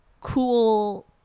Cool